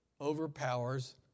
overpowers